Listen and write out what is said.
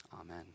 Amen